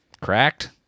Cracked